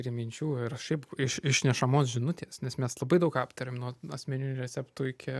prie minčių ir šiaip iš išnešamos žinutės nes mes labai daug aptarėm nuo asmeninių receptų iki